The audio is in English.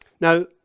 Now